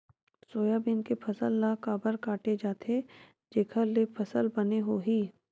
Soybean के फसल ल काबर काटे जाथे जेखर ले फसल बने होही?